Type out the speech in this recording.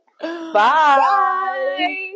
Bye